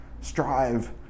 strive